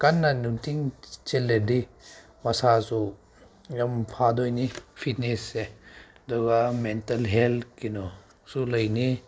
ꯀꯟꯅ ꯅꯨꯡꯇꯤꯒꯤ ꯆꯦꯜꯂꯗꯤ ꯃꯁꯥꯁꯨ ꯌꯥꯝ ꯐꯗꯣꯏꯅꯤ ꯐꯤꯠꯅꯦꯁꯁꯦ ꯑꯗꯨꯒ ꯃꯦꯟꯇꯦꯜ ꯍꯦꯜꯊ ꯀꯩꯅꯣ ꯁꯨ ꯂꯩꯅꯤ